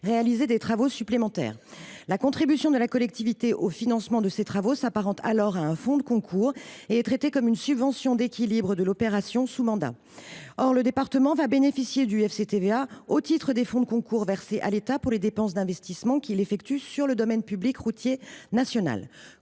réaliser des travaux supplémentaires. Sa contribution s’apparente à un fonds de concours et est traitée comme une subvention d’équilibre de l’opération sous mandat. Or le département bénéficiera du FCTVA au titre des fonds de concours versés à l’État pour les dépenses d’investissement qu’il effectue sur le domaine public routier national.